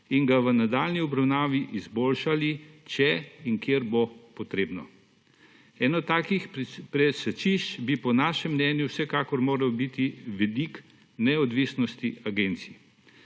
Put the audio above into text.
in ga v nadaljnji obravnavi izboljšali, če in kjer bo potrebno. Eno takih presečišč bi po našem mnenju vsekakor moral biti vidik neodvisnosti agencij.